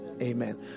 Amen